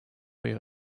oyu